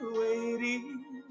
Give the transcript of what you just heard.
waiting